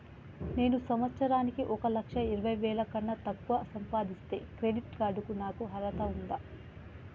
నేను సంవత్సరానికి ఒక లక్ష ఇరవై వేల కన్నా తక్కువ సంపాదిస్తే క్రెడిట్ కార్డ్ కు నాకు అర్హత ఉందా?